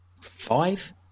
five